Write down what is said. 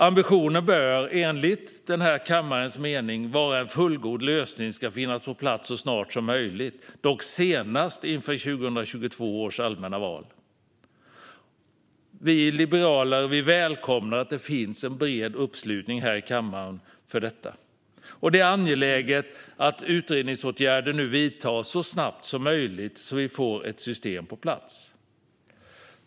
Ambitionen bör enligt kammarens mening vara att en fullgod lösning ska finnas på plats så snart som möjligt, dock senast inför 2022 års allmänna val. Vi liberaler välkomnar att det finns en bred uppslutning i kammaren för detta. Det är angeläget att utredningsåtgärder nu vidtas så snabbt som möjligt så att vi får ett system på plats.